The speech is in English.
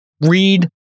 read